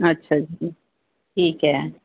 ਅੱਛਾ ਜੀ ਠੀਕ ਹੈ